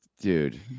Dude